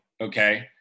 okay